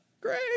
Great